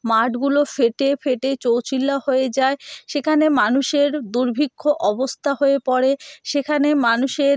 মাঠগুলো ফেটে ফেটে চৌচিল্লা হয়ে যায় সেখানে মানুষের দুর্ভিক্ষ অবস্থা হয়ে পড়ে সেখানে মানুষের